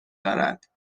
دارد